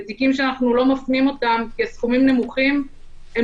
בתיקים שאנחנו לא מפנים אותם כי הסכומים נמוכים הם